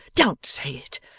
don't say it.